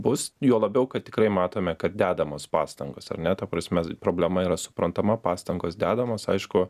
bus juo labiau kad tikrai matome kad dedamos pastangos ar ne ta prasme problema yra suprantama pastangos dedamos aišku